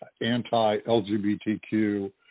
anti-lgbtq